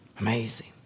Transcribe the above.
Amazing